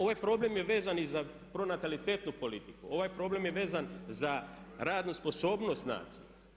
Ovaj problem je vezan i za pronatalitetnu politiku, ovaj problem je vezan za radnu sposobnost nas.